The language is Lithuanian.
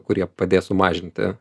kurie padės sumažinti